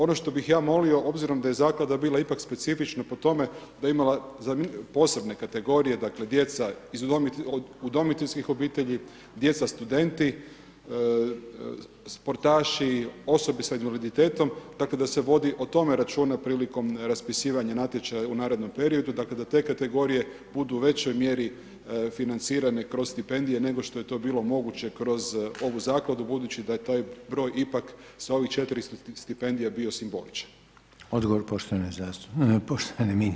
Ono što bi ja molio, obzirom da je zaklada bila ipak specifična po tome, da je imala posebne kategorije, dakle, djeca iz udomiteljskih obitelji, djeca studenti, sportaši, osobe s invaliditetom, tako da se vodi o tome računa prilikom raspasivanja natječaja u narednom periodu, da te kategorije budu u većoj mjeri financirane kroz stipendije, nego što je to bilo moguće kroz ovu zakladu, budući da je taj broj ipak s ovih 4 stipendija bio simboličan.